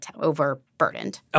overburdened